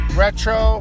retro